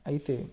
అయితే